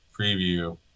Preview